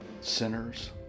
sinners